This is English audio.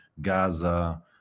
Gaza